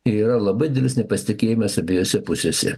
yra labai dilis nepasitikėjimas abiejose pusėse